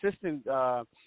consistent